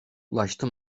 ulaştı